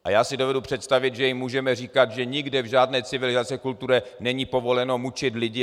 A já si dovedu představit, že jim můžeme říkat, že nikde v žádné civilizované kultuře není povoleno mučit lidi.